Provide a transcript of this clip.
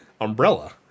umbrella